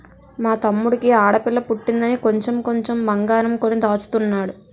మా తమ్ముడికి ఆడపిల్ల పుట్టిందని కొంచెం కొంచెం బంగారం కొని దాచుతున్నాడు